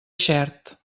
xert